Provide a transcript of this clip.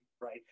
right